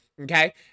Okay